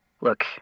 Look